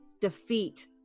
defeat